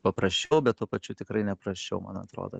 paprasčiau bet tuo pačiu tikrai neprasčiau man atrodo